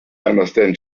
understand